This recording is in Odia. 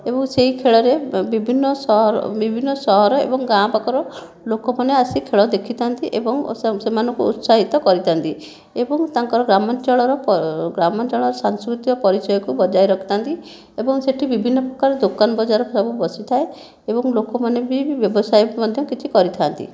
ଏବଂ ସେହି ଖେଳରେ ବିଭିନ୍ନ ବିଭିନ୍ନ ସହର ଏବଂ ଗାଁ ପାଖର ଲୋକମାନେ ଆସି ଖେଳ ଦେଖିଥାନ୍ତି ଏବଂ ସେମାନଙ୍କୁ ଉତ୍ସାହିତ କରିଥାନ୍ତି ଏବଂ ତାଙ୍କର ଗ୍ରାମାଞ୍ଚଳର ଗ୍ରାମାଞ୍ଚଳରର ସାଂସ୍କୃତିକ ପରିଚୟକୁ ବଜାୟ ରଖିଥାନ୍ତି ଏବଂ ସେଠି ବିଭିନ୍ନ ପ୍ରକାର ଦୋକାନ ବଜାର ସବୁ ବସିଥାଏ ଏବଂ ଲୋକମାନେ ବି ବ୍ୟବସାୟ ମଧ୍ୟ କିଛି କରିଥାନ୍ତି